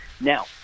Now